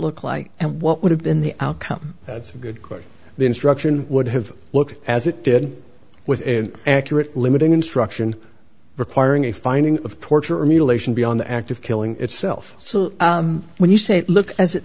look like and what would have been the outcome that's a good question the instruction would have look as it did with accurate limiting instruction requiring a finding of torture or mutilation beyond the act of killing itself so when you say look as it